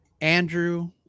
Andrew